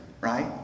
right